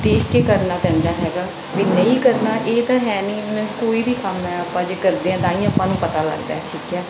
ਦੇਖ ਕੇ ਕਰਨਾ ਪੈਂਦਾ ਹੈਗਾ ਵੀ ਨਹੀਂ ਕਰਨਾ ਇਹ ਤਾਂ ਹੈ ਨਹੀਂ ਮੀਨਸ ਕੋਈ ਵੀ ਕੰਮ ਹੈ ਆਪਾਂ ਜੇ ਕਰਦੇ ਹਾਂ ਤਾਂ ਹੀ ਆਪਾਂ ਨੂੰ ਪਤਾ ਲੱਗਦਾ ਠੀਕ ਹੈ